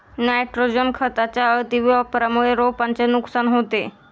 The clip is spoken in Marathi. नायट्रोजन खताच्या अतिवापरामुळे रोपांचे नुकसान होते